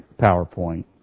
PowerPoint